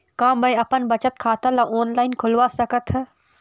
का मैं अपन बचत खाता ला ऑनलाइन खोलवा सकत ह?